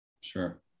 Sure